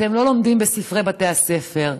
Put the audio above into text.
אתם לא לומדים בספרי בתי הספר.